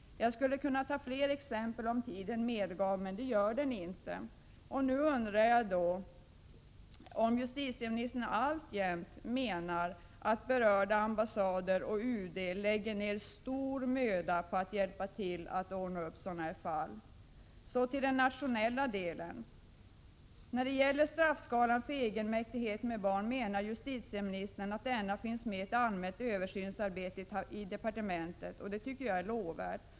Jag skulle kunna ta fler exempel om tiden medgav det, men det gör den inte. Jag undrar om justitieministern alltjämt menar att berörda ambassader och UD lägger ner stor möda på att hjälpa till att ordna upp sådana här fall. Sedan vill jag ta upp den nationella delen. När det gäller straffskalan för egenmäktighet med barn säger justitieministern att denna finns med i ett allmänt översynsarbete i departementet. Det tycker jag är lovvärt.